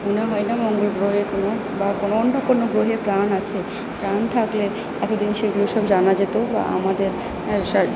মনে হয় না মঙ্গল গ্রহে কোনো বা কোনো অন্য কোনো গ্রহে প্রাণ আছে প্রাণ থাকলে এতোদিন সেগুলো সব জানা যেতো বা আমাদের